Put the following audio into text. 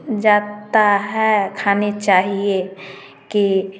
जाता है खानी चाहिए कि